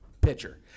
pitcher